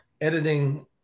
editing